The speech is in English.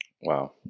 wow